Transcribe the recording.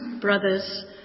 brothers